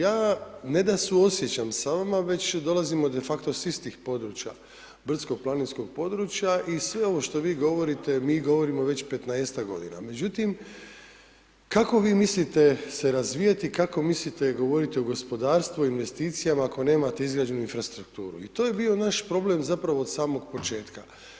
Ja ne da suosjećam s vama, već dolazimo de facto s istih područja, brdsko planinskog područja i sve ovo što vi govorite, mi govorimo već 15-tak g. Međutim, kako vi mislite se razvijati, kako mislite govoriti o gospodarstvu, investicijama ako nemata izgrađeno infrastrukturu i to je bio naš problem zapravo od samog početka.